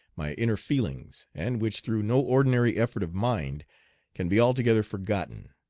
my inner feelings, and which through no ordinary effort of mind can be altogether forgotten.